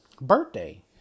birthday